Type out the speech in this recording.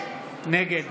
נגד